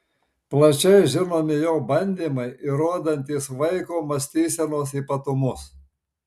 plačiai žinomi jo bandymai įrodantys vaiko mąstysenos ypatumus